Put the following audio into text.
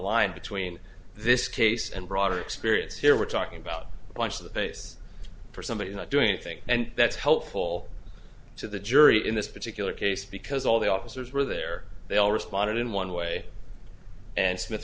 line between this case and broader experience here we're talking about watch the pace for somebody not doing anything and that's helpful to the jury in this particular case because all the officers were there they all responded in one way and smith